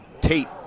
Tate